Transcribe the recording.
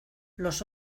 los